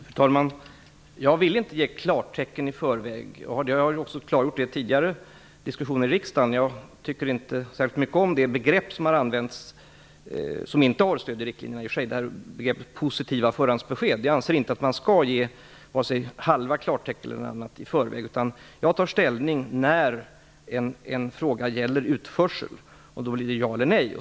Fru talman! Jag vill inte ge klartecken i förväg. Jag har också tidigare i diskussioner i riksdagen klargjort att jag inte tycker särskilt mycket om ett begrepp som har använts och som i och för sig inte heller har stöd i riktlinjerna, nämligen begreppet positivt förhandsbesked. Jag anser inte att man skall ge ens halvt klartecken i förväg, utan jag tar ställning när en fråga om utförsel uppkommer. Då blir det ja eller nej.